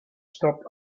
stopped